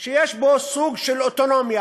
שיש בו סוג של אוטונומיה,